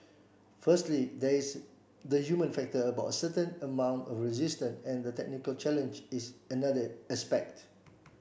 firstly there is the human factor about certain amount of resistance and the technical challenge is another aspect